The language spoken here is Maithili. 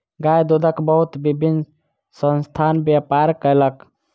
गाय दूधक बहुत विभिन्न संस्थान व्यापार कयलक